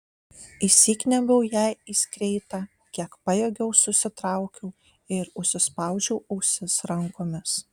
įsikniaubiau jai į skreitą kiek pajėgiau susitraukiau ir užsispaudžiau ausis rankomis